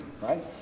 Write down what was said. right